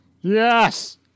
Yes